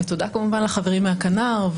תודה כמובן לחברים מהכנ"ר,